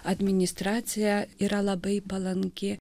administracija yra labai palanki